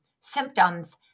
symptoms